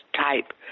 type